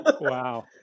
Wow